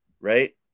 right